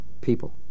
people